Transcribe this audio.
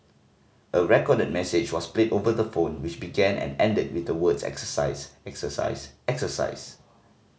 a recorded message was played over the phone which began and ended with the words exercise exercise exercise